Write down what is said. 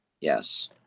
Yes